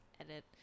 Edit